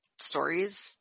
stories